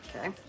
Okay